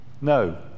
No